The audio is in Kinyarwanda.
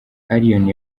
allioni